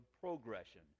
progression